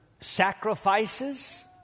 sacrifices